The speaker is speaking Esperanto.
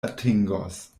atingos